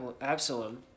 Absalom